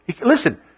Listen